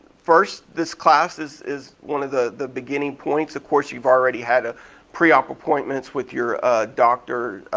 first this class is is one of the the beginning points. of course you've already had ah pre-op appointments with your doctor,